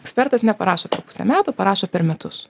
ekspertas neparašo per pusę metų parašo per metus